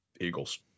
Eagles